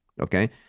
okay